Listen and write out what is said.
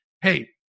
hey